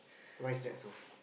why is that so